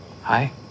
hi